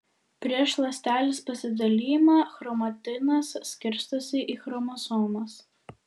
prieš ląstelės pasidalijimą chromatinas skirstosi į chromosomas